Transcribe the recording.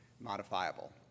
modifiable